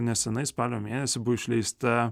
neseniai spalio mėnesį buvo išleista